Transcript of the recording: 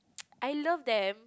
I love them